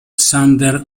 sanders